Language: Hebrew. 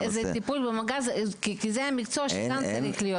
זה טיפול במגע, כי זה המקצוע שגם צריך להיות.